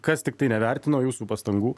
kas tiktai nevertino jūsų pastangų